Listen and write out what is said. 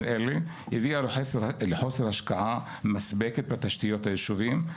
אלה הביאה לחוסר השקעה מספקת בתשתיות הישובים.